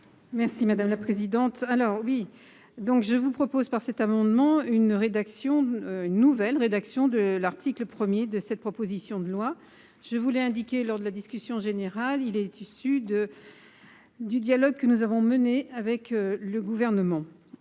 Merci madame la présidente, alors oui, donc je vous propose par cet amendement une rédaction, une nouvelle rédaction de l'article 1er de cette proposition de loi je voulais indiquer, lors de la discussion générale, il est du sud. Du dialogue que nous avons menée avec le gouvernement,